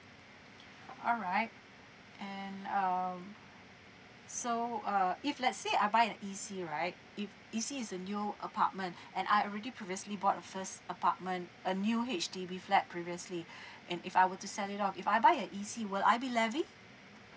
alright and um so uh if let's say I buy an E_C right if E_C is a new apartment and I've already previously bought the first apartment a new H_D_B flat previously and if I were to sell it off if I buy an E_C will I be levied